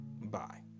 bye